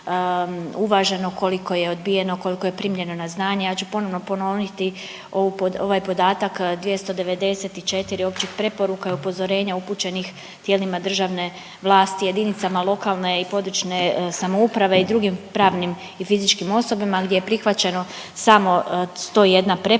uvaženo, koliko je odbijeno, koliko je primljeno na znanje. Ja ću ponovno ponoviti ovu, ovaj podatak 294 općih preporuka i upozorenja upućenih tijelima državne vlasti, jedinicama lokalne i područne samouprave i drugim pravnim i fizičkim osobama gdje je prihvaćeno samo 101 preporuka